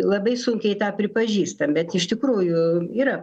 labai sunkiai tą pripažįstam bet iš tikrųjų yra